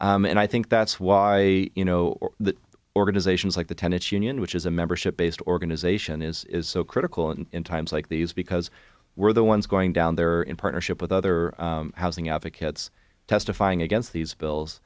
and i think that's why you know that organizations like the tenet union which is a membership based organization is so critical and in times like these because we're the ones going down there in partnership with other housing advocates testifying against these bills